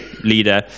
leader